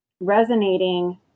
resonating